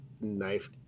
knife